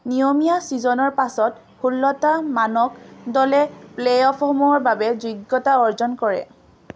নিয়মীয়া ছিজনৰ পাছত ষোল্লটা মানক দলে প্লে'অফসমূহৰ বাবে যোগ্যতা অৰ্জন কৰে